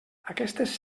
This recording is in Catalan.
aquestes